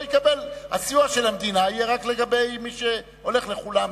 הסיוע של המדינה יהיה רק לגבי מי שנותן לכולם,